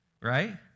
right